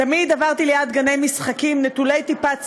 תמיד עברתי ליד גני משחקים נטולי טיפת צל,